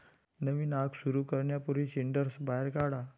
नवीन आग सुरू करण्यापूर्वी सिंडर्स बाहेर काढा